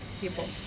people